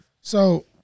So-